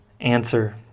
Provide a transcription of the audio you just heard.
Answer